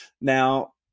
Now